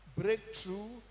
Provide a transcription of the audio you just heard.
breakthrough